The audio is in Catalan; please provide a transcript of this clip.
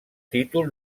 títol